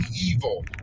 evil